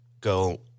go